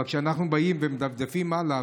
אבל כשאנחנו מדפדפים הלאה,